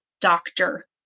doctor